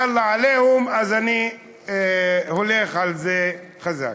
יאללה, עליהום, אז אני הולך על זה חזק.